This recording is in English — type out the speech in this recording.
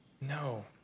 No